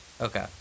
Okay